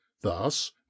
Thus